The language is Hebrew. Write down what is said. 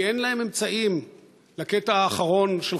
כי אין להם אמצעים לקטע האחרון של